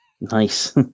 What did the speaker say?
Nice